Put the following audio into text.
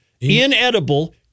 Inedible